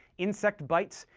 insect bites,